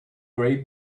gray